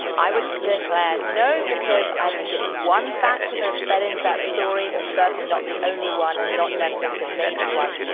i would declare no, because i think it's one factor that is fed into that story, but certainly not the only one, and not necessarily the major one.